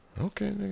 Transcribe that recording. Okay